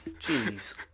Jeez